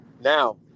Now